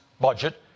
budget